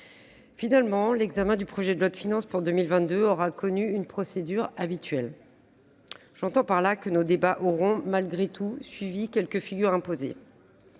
finalement, l'examen du projet de loi de finances pour 2022 aura connu une procédure habituelle. J'entends par là que nos débats auront, malgré tout, suivi quelques figures imposées.